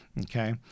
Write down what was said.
Okay